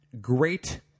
great